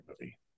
movie